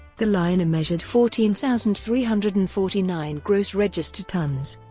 the liner measured fourteen thousand three hundred and forty nine gross register tons.